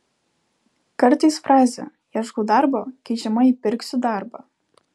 kartais frazė ieškau darbo keičiama į pirksiu darbą